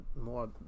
more